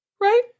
Right